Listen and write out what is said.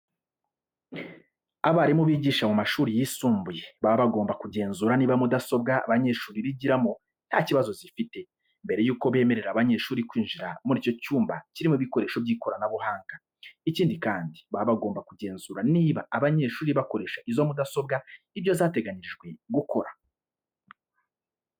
Abarimu bigisha mu mashuri yisumbuye baba bagomba kugenzura niba mudasobwa abanyeshuri bigiramo nta kibazo zifite, mbere yuko bemerera abanyeshuri kwinjira muri icyo cyumba kirimo ibikoresho by'ikoranabuhanga. Ikindi kandi baba bagomba kugenzura niba abanyeshuri bakoresha izo mudasobwa ibyo zateganyirijwe gukora.